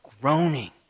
groaning